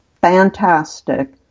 fantastic